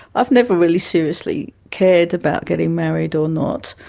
have never really seriously cared about getting married or not.